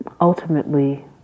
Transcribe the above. Ultimately